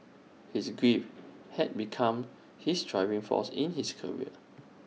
his grief had become his driving force in his career